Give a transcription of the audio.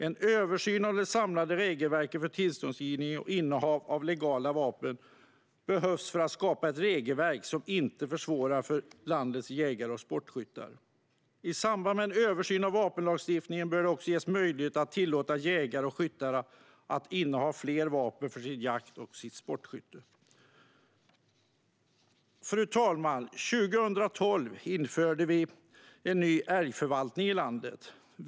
En översyn av det samlade regelverket för tillståndsgivning och innehav av legala vapen behövs för att skapa ett regelverk som inte försvårar för landets jägare och sportskyttar. I samband med en översyn av vapenlagstiftningen bör det också ges möjlighet att tillåta jägare och skyttar att inneha fler vapen för sin jakt och sitt sportskytte. Fru talman! År 2012 införde vi en ny älgförvaltning i landet.